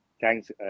Thanks